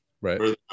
Right